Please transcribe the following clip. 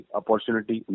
opportunity